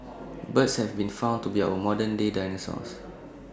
birds have been found to be our modern day dinosaurs